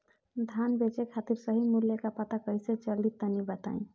धान बेचे खातिर सही मूल्य का पता कैसे चली तनी बताई?